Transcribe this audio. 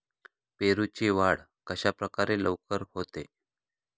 पेरूची वाढ कशाप्रकारे लवकर होते?